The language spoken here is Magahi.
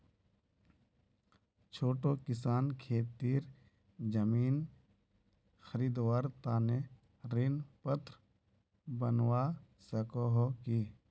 छोटो किसान खेतीर जमीन खरीदवार तने ऋण पात्र बनवा सको हो कि?